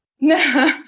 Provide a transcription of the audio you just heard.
No